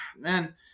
man